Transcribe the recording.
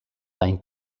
zain